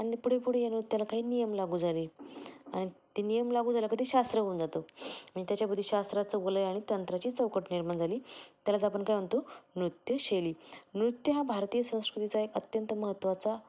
आणि पुढेपुढे या नृत्याला काही नियम लागू झाले आणि ते नियम लागू झालं कधी शास्त्र होऊन जातं आणि त्याच्यामधून शासन चांगलं आहे आणि तंत्राची चौकट निर्माण झाली त्यालाच आपण काय म्हणतो नृत्यशैली नृत्य हा भारतीय संस्कृतीचा एक अत्यंत महत्त्वाचा